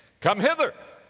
come hither,